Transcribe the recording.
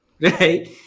Right